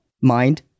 mind